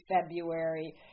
February